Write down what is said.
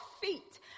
feet